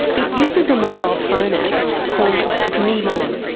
it uses a mobile phone app called dream on.